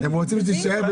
חברים, אני מציע שניתן לו